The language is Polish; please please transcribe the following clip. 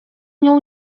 nią